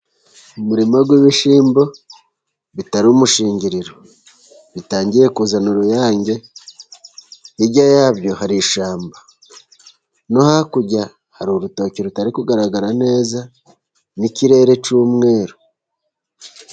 Umurima w'ibishyimbo bitari umushingiriro, bitangiye kuzana uruyange. Hirya yabyo hari ishyamba, no hakurya hari urutoki rutari kugaragara neza, n'ikirere cy'umweru.